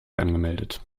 angemeldet